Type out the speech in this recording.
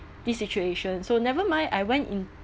this situation so never mind I went in